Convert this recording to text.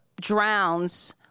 drowns